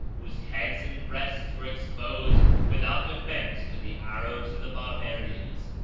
whose heads and breasts were exposed, without defence, to the arrows of the barbarians.